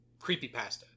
creepypasta